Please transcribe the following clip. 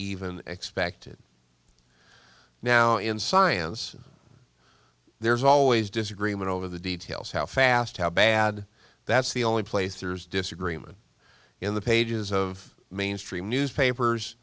even expected now in science there's always disagreement over the details how fast how bad that's the only place there's disagreement in the pages of mainstream newspapers